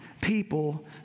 people